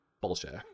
bullshit